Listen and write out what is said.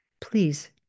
please